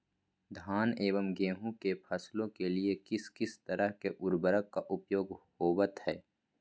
धान एवं गेहूं के फसलों के लिए किस किस तरह के उर्वरक का उपयोग होवत है?